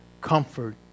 comfort